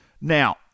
now